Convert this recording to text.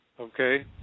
Okay